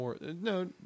No